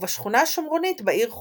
ובשכונה השומרונית בעיר חולון.